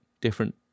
different